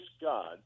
God